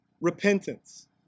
Repentance